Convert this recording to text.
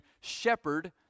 shepherd